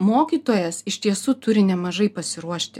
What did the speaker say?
mokytojas iš tiesų turi nemažai pasiruošti